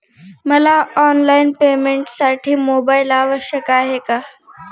मला ऑनलाईन पेमेंटसाठी मोबाईल आवश्यक आहे का?